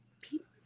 People